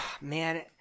Man